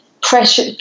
pressure